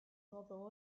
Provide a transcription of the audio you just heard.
nuovo